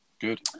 Good